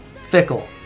fickle